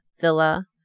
Villa